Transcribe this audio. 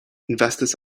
investors